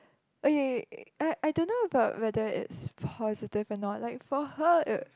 okay I I don't know about whether it's positive or not like for her uh